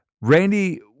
Randy